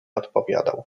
odpowiadał